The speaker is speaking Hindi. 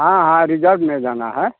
हाँ हाँ रिजर्ब में जाना है